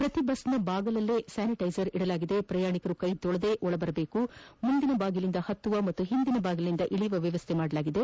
ಪ್ರತಿ ಬಸ್ನ ಬಾಗಿಲಿನಲ್ಲಿ ಸ್ಥಾನಿಟೈಸರ್ ಇಡಲಾಗಿದ್ದು ಪ್ರಯಾಣಿಕರು ಕೈತೊಳೆದುಕೊಂಡೇ ಒಳಬರಬೇಕು ಮುಂದಿನ ಬಾಗಿಲಿನಿಂದ ಹತ್ತುವ ಹಾಗೂಹಿಂದಿನ ಬಾಗಿಲಿನಿಂದ ಇಳಿಯುವ ವ್ಯವಸ್ಥೆ ಮಾಡಲಾಗಿದೆ